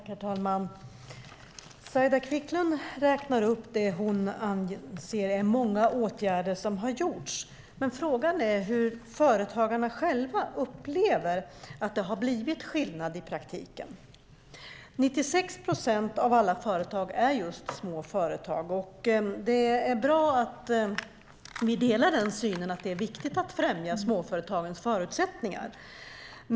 Herr talman! Saila Quicklund räknar upp de många åtgärder som hon anser har gjorts. Frågan är dock om företagarna själva upplever att det har blivit skillnad i praktiken. 96 procent av alla företag är små företag. Det är bra att vi delar synen att det är viktigt att främja småföretagens förutsättningar.